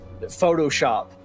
Photoshop